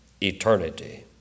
eternity